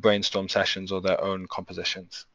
brainstorm sessions of their own compositions.